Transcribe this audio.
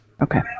Okay